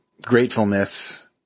gratefulness